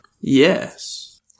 Yes